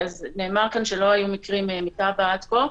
נאמר כאן שלא היו מקרים כאלה בטאבה עד כה.